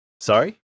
Sorry